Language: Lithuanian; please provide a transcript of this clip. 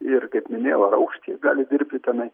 ir kaip minėjau ar aukštyje gali dirbti tenai